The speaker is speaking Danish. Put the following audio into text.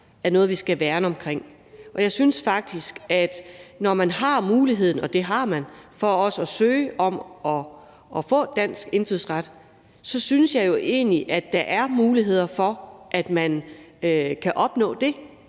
er noget, vi skal værne om. Jeg synes faktisk, at der, når man har muligheden, og det har man, for også at søge om at få dansk indfødsret, jo egentlig er muligheder for, at man kan opnå det,